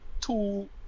two